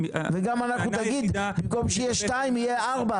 הטענה היחידה --- מילא אם היינו אומרים שבמקום 2 יהיו 4,